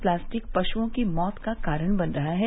plastic पश्ओ की मौत का कारण बन रहा है